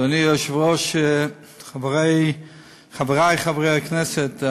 אדוני היושב-ראש, חברי חברי הכנסת,